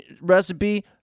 recipe